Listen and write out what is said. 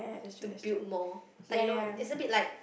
to build more like you know it's a bit like